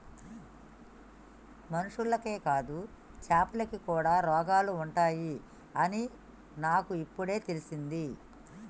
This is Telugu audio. మనుషులకే కాదు చాపలకి కూడా రోగాలు ఉంటాయి అని నాకు ఇపుడే తెలిసింది